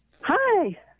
Hi